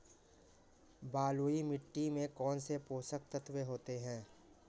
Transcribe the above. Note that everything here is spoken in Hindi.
बलुई मिट्टी में कौनसे पोषक तत्व होते हैं?